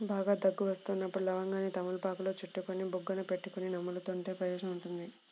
బాగా దగ్గు వస్తున్నప్పుడు లవంగాన్ని తమలపాకులో చుట్టుకొని బుగ్గన పెట్టుకొని నములుతుంటే ప్రయోజనం ఉంటుంది